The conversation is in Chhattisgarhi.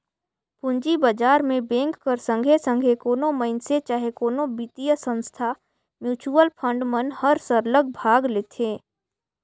पूंजी बजार में बेंक कर संघे संघे कोनो मइनसे चहे कोनो बित्तीय संस्था, म्युचुअल फंड मन हर सरलग भाग लेथे